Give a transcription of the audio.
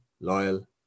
loyal